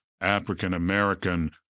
african-american